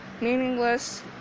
meaningless